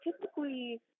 typically